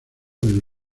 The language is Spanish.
del